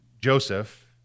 Joseph